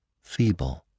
feeble